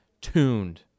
tuned